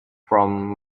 from